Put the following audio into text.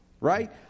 right